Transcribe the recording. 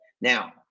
Now